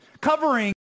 covering